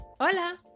Hola